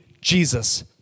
Jesus